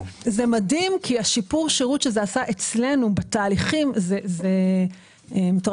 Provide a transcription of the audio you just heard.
שיפור השירות שזה עשה אצלנו בתהליכים, זה מדהים.